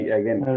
again